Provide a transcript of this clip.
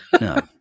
No